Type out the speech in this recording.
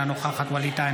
אינה נוכחת ווליד טאהא,